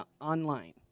online